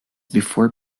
before